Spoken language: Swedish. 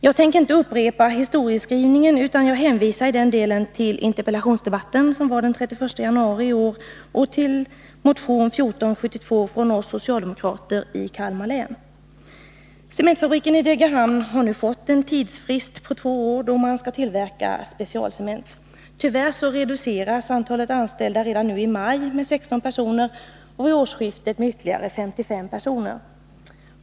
Jag tänker inte upprepa historieskrivningen, utan jag hänvisar i den delen till interpellationsdebatten, som ägde rum den 31 januari i år, och till motion 1472 från oss socialdemokrater i Kalmar län. Cementfabriken i Degerhamn har nu fått en tidsfrist på två år, då man skall tillverka specialcement. Tyvärr reduceras antalet anställda redan nu i maj med 16 personer och vid årsskiftet med ytterligare 55 personer.